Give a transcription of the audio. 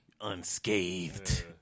unscathed